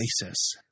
basis